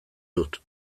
dut